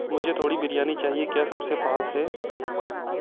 मुझे थोड़ी बिरयानी चाहिए क्या सबसे पास है